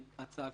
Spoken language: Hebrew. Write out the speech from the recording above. לחיות בכבוד,